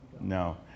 no